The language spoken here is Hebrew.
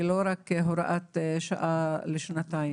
ולא רק הוראת שעה לשנתיים.